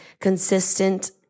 consistent